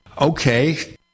Okay